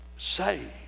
saved